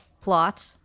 plot